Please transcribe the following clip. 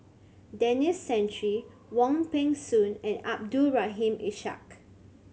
Denis Santry Wong Peng Soon and Abdul Rahim Ishak